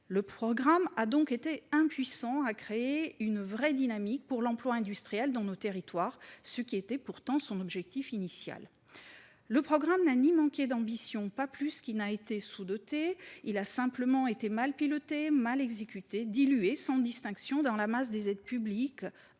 Le programme a donc été impuissant à créer une véritable dynamique pour l’emploi industriel dans nos territoires, ce qui était pourtant son objectif initial. Le dispositif Territoires d’industrie n’a pourtant pas manqué d’ambition, pas plus qu’il n’a été sous doté ; il a simplement été mal piloté et mal exécuté, dilué sans distinction dans la masse des aides publiques